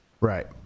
Right